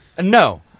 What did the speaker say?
No